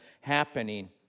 happening